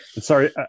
sorry